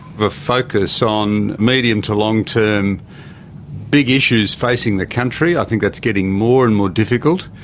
the focus on medium to long term big issues facing the country, i think that's getting more and more difficult.